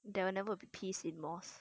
there'll never be peace in mos